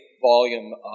volume